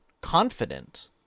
confident